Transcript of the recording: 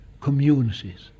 communities